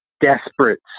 desperate